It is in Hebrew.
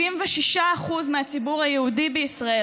אפילו במפלגת הבית היהודי,